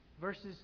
verses